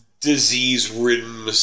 Disease-ridden